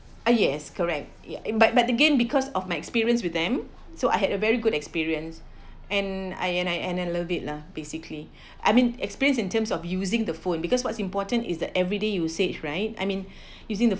ah yes correct ya but but again because of my experience with them so I had a very good experience and I and I and I love it lah basically I mean experience in terms of using the phone because what's important is that every day usage right I mean using the